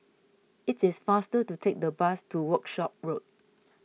it is faster to take the bus to Workshop Road